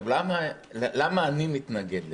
למה אני מתנגד לזה?